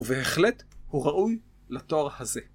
בהחלט הוא ראוי לתואר הזה.